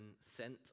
sent